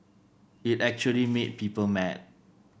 it actually made people mad